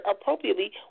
appropriately